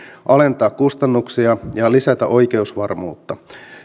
alentaa kustannuksia ja lisätä oikeusvarmuutta